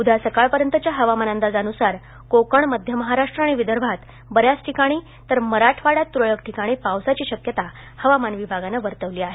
उद्या सकाळपर्यंतच्या हवामान अंदाजानुसार कोकण मध्य महाराष्ट्र आणि विदर्भात बऱ्याच ठिकाणी तर मराठवाड्यात तुरळक ठिकाणी पावसाची शक्यता हवामान विभागानं वर्तवली आहे